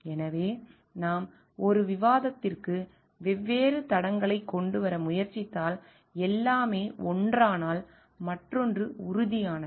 எனவே நாம் ஒரு விவாதத்திற்கு வெவ்வேறு தடங்களைக் கொண்டு வர முயற்சித்தால் எல்லாமே ஒன்றானால் மற்றொன்று உறுதியானது